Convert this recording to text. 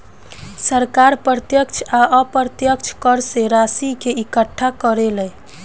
सरकार प्रत्यक्ष आ अप्रत्यक्ष कर से राशि के इकट्ठा करेले